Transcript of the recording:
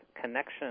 connection